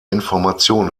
information